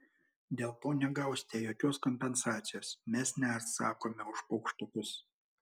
dėl to negausite jokios kompensacijos mes neatsakome už paukštukus